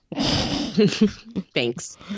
thanks